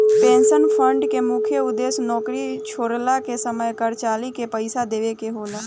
pension fund के मुख्य उद्देश्य नौकरी छोड़ला के समय कर्मचारी के पइसा देवेके होला